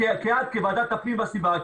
כוועדת הפנים והסביבה,